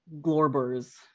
glorbers